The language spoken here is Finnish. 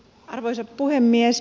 arvoisa puhemies